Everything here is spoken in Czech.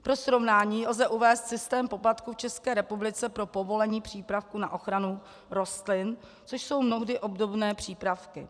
Pro srovnání lze uvést systém poplatků v České republice pro povolení přípravku na ochranu rostlin, což jsou mnohdy obdobné přípravky.